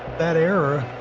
that era,